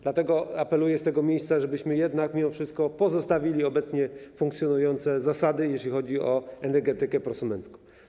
Dlatego apeluję z tego miejsca, żebyśmy jednak mimo wszystko pozostawili obecnie funkcjonujące zasady, jeżeli chodzi o energetykę prosumencką.